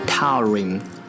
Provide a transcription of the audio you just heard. Towering